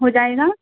हो जाएगा